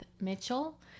Mitchell